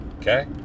Okay